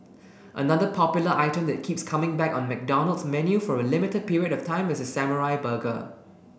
another popular item that keeps coming back on McDonald's menu for a limited period of time is the samurai burger